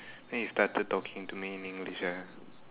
then he started talking to me in English ah